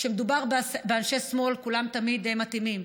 כשמדובר באנשי שמאל כולם תמיד מתאימים,